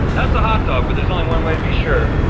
that's a hot dog, but there's only one way to be sure.